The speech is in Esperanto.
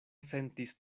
sentis